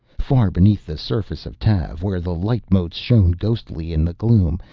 far beneath the surface of tav, where the light-motes shone ghostly in the gloom,